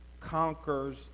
conquers